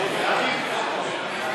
התשע"ח 2018,